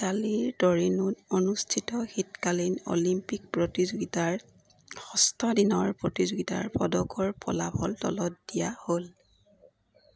ইটালীৰ টৰিনোত অনুষ্ঠিত শীতকালীন অলিম্পিক প্ৰতিযোগিতাৰ ষষ্ঠ দিনৰ প্ৰতিযোগিতাৰ পদকৰ ফলাফল তলত দিয়া হ'ল